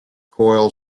coil